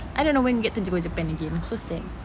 I don't know when we get to go to japan again I'm so sad